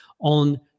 on